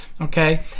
okay